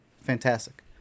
fantastic